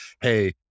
Hey